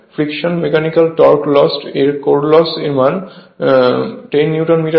ফ্রিকশনে mechanical torque lost এবং core loss এর মান 10 নিউটন মিটার হয়